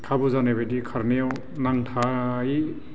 खाबु जानाय बायदि खारनायाव नांथायै